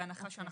בהנחה שנצטרך.